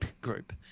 group